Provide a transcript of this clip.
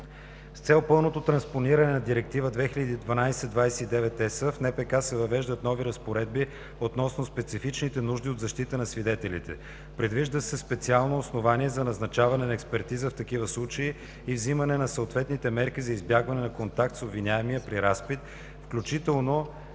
С цел пълното транспониране на Директива 2012/29/ЕС в Наказателно-процесуалния кодекс се въвеждат нови разпоредби относно специфичните нужди от защита на свидетелите. Предвижда се специално основание за назначаване на експертиза в такива случаи и взимане на съответните мерки за избягване на контакт с обвиняемия при разпит, включително